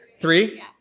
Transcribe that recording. Three